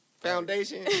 foundation